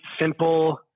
simple